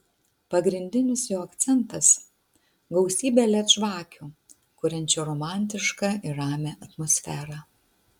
pagrindinis jo akcentas gausybė led žvakių kuriančių romantišką ir ramią atmosferą